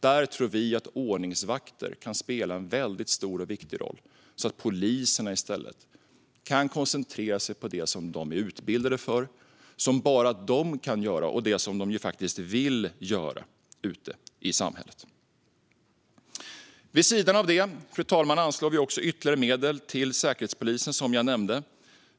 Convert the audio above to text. Där tror vi att ordningsvakter kan spela en väldigt stor och viktig roll, så att poliserna i stället kan koncentrera sig på det som de är utbildade för, på det som bara de kan göra och på det som de faktiskt vill göra ute i samhället. Fru talman! Vid sidan av detta anslår vi, som jag nämnde, ytterligare medel till Säkerhetspolisen.